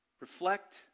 reflect